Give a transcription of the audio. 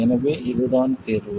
எனவே இதுதான் தீர்வு